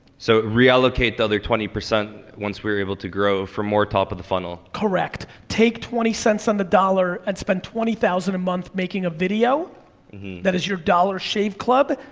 so, reallocate the other twenty percent once we're able to grow for more top of the funnel. correct, take twenty cents on the dollar, and spend twenty thousand a month making a video that is your dollar shave club,